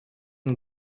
and